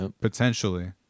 Potentially